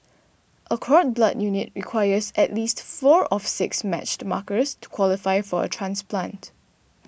a cord blood unit requires at least four of six matched markers to qualify for a transplant